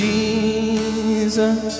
Jesus